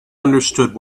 understood